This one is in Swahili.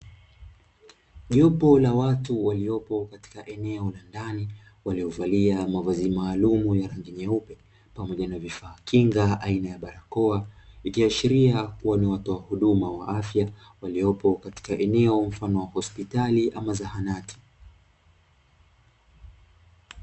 Jopo la watu waliopo katika eneo la ndani, waliovalia mavazi maalum ya rangi nyeupe pamoja na vifaa kinga aina ya barakoa na ikiashiria kuwa ni watoa wa huduma wa afya waliopo katika eneo mfano wa hospitali ama zahanati.